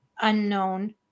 unknown